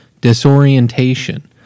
disorientation